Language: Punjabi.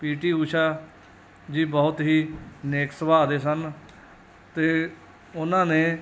ਟੀ ਊਸ਼ਾ ਜੀ ਬਹੁਤ ਹੀ ਨੇਕ ਸੁਭਾਅ ਦੇ ਸਨ ਅਤੇ ਉਹਨਾਂ ਨੇ